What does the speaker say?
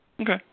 Okay